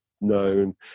known